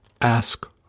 Ask